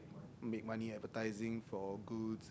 make money advertising for good